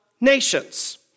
nations